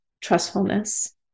trustfulness